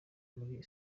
muli